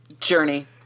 Journey